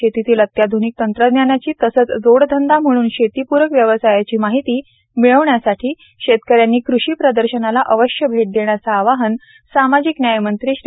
शेतीतील अत्याध्निक तंत्रज्ञानाची तसच जोडधंदा म्हणून शेतीपूरक व्यवसायाची माहिती मिळविण्यासाठी शेतकऱ्यांनी कृषी प्रदर्शनाला अवश्य भेट देण्याचे आवाहन सामाजिक न्याय मंत्री श्री